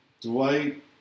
Dwight